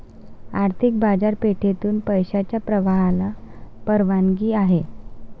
आर्थिक बाजारपेठेतून पैशाच्या प्रवाहाला परवानगी आहे